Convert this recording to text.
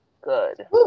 good